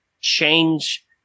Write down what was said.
change